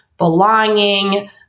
belonging